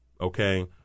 Okay